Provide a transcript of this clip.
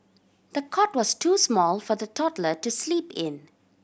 the cot was too small for the toddler to sleep in